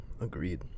Agreed